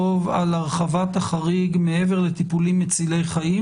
על הרחבת החריג מעבר לטיפולים מצילי חיים,